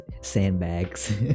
sandbags